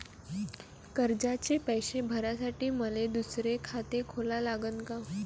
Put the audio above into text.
कर्जाचे पैसे भरासाठी मले दुसरे खाते खोला लागन का?